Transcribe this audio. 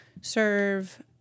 serve